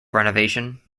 renovation